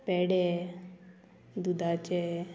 पेडे दुदाचे